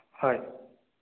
হয়